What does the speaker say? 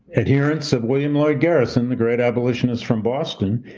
adherence of william lloyd garrison, the great abolitionist from boston.